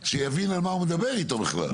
שיבין על מה הוא מדבר איתו בכלל.